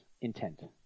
intent